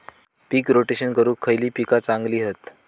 पीक rotation करूक खयली पीका चांगली हत?